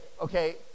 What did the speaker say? okay